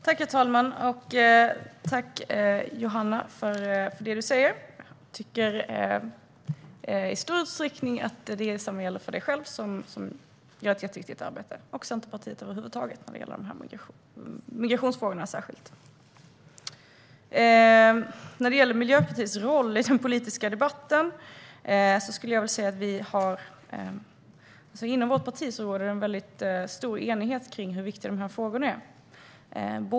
Herr talman! Tack, Johanna, för det du säger! Jag tycker att detsamma i stor utsträckning gäller dig och Centerpartiet över huvud taget när det gäller särskilt migrationsfrågorna. Vad gäller Miljöpartiets roll i den politiska debatten råder det inom vårt parti en stor enighet kring hur viktiga dessa frågor är.